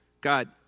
God